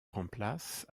remplace